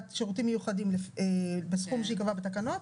שירותים מיוחדים בסכום שייקבע בתקנות,